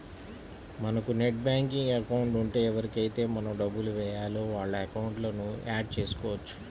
మనకు net banking account ఉంటే ఎవరికైతే మనం డబ్బులు వేయాలో వాళ్ళ అకౌంట్లను యాడ్ చేసుకోవచ్చు